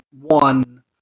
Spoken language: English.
one